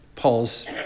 Paul's